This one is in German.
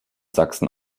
sachsen